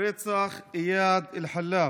רצח איאד אלחלאק.